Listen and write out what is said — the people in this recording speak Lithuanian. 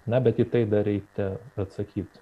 na bet į tai dar reikia atsakyt